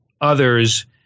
others